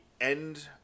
end